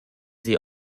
sie